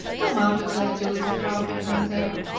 come out of that, you little fraud behind there!